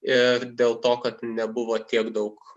ir dėl to kad nebuvo tiek daug